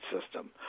system